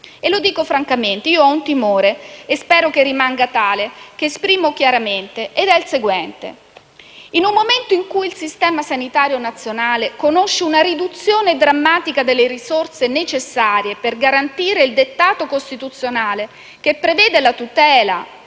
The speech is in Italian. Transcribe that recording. Lo dico francamente: ho un timore - e spero che rimanga tale - che esprimo chiaramente ed è il seguente. In un momento in cui il sistema sanitario nazionale conosce una riduzione drammatica delle risorse necessarie per garantire il dettato costituzionale, che prevede la tutela